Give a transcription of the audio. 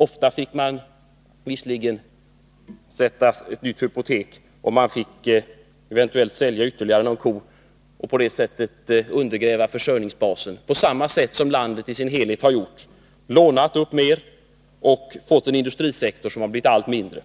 Ofta fick de visserligen ta ut ett nytt hypotek eller eventuellt sälja ytterligare någon ko och på det sättet undergräva försörjningsbasen. På samma sätt har landet i sin helhet nu gjort: lånat upp medel och fått en allt mindre industrisektor.